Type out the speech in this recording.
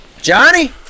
Johnny